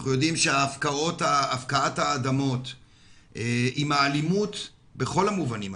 אנחנו יודעים שהפקעת האדמות עם האלימות בכל המובנים,